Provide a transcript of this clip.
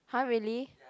huh really